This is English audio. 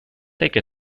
take